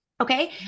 Okay